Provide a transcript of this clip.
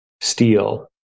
steel